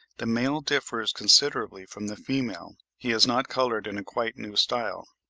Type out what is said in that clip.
the male differs considerably from the female, he is not coloured in a quite new style.